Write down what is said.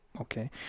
Okay